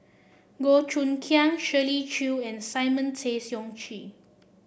Goh Choon Kang Shirley Chew and Simon Tay Seong Chee